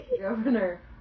Governor